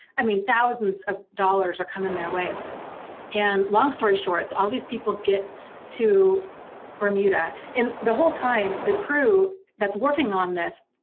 i mean thousands of dollars are coming their way and long story short, all these people get to bermuda. and the whole time the crew that's working on this,